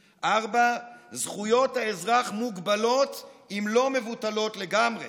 4. זכויות האזרח מוגבלות, אם לא מבוטלות לגמרי,